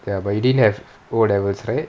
ya but you didn't have O levels right